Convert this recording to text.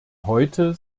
heute